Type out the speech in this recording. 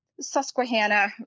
susquehanna